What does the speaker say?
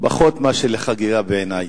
פחות מאשר של חגיגה, בעיני.